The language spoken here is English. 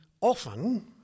often